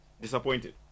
disappointed